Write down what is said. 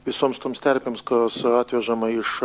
visoms toms terpėms kas atvežama iš